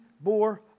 bore